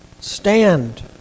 Stand